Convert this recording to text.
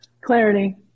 Clarity